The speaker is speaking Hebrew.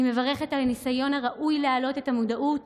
אני מברכת על הניסיון הראוי להעלות את המודעות